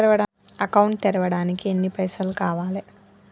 Account తెరవడానికి ఎన్ని పైసల్ కావాలే?